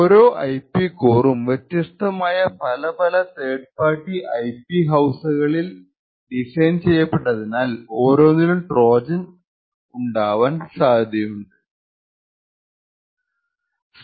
ഓരോ ഐപി കോറും വെത്യസ്തമായ പല പല തേർഡ് പാർട്ടി ഐപി ഹൌസുകളാൽ ഡിസൈൻ ചെയ്യപ്പെട്ടതിനാൽ ഓരോന്നിലും ട്രോജന് അടനുണ്ടാവാൻ സാധ്യതയുണ്ട്